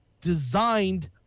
designed